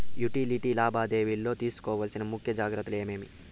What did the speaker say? Utility లావాదేవీల లో తీసుకోవాల్సిన ముఖ్య జాగ్రత్తలు ఏమేమి?